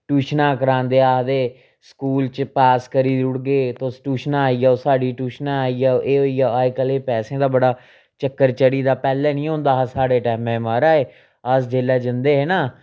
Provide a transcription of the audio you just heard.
ट्यूशनां करांदे आखदे स्कूल च पास करी उड़गे तुस ट्यूशन आई जाओ साढ़ी ट्यूशना आई जाओ एह् होई गेआ अज्जकल दी पैसें दा बड़ा चक्कर चढ़ी गेदा पैह्ले नी होंदा हा साढ़ै टैम महाराज अस जेल्लै जंदे हे न